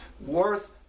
worth